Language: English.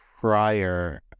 prior